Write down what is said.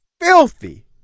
filthy